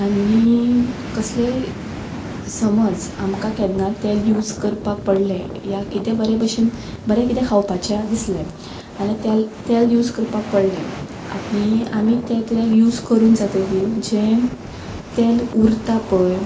आनी कसलेंय समज आमकां केन्ना तेल यूज करपाक पडलें या कितें बरे भशेंन बरें कितें खावपाचें दिसलें जाल्यार तेल तेल यूज करपाक पडलें आनी आमी तें तेल यूज करून जातकीर जें तेल उरता पळय